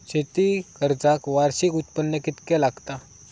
शेती कर्जाक वार्षिक उत्पन्न कितक्या लागता?